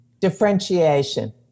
differentiation